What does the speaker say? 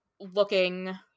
looking